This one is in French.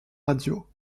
radio